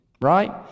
right